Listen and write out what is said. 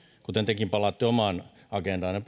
kuten tekin palaatte omaan agendaanne